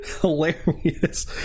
Hilarious